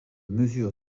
mesure